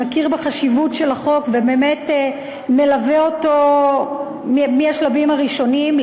שמכיר בחשיבות של החוק ובאמת מלווה אותו מהשלבים הראשונים,